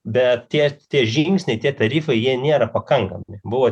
bet tie tie žingsniai tie tarifai jie nėra pakankami buvo